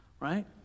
Right